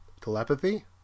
telepathy